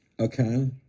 Okay